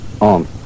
on